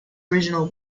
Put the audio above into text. original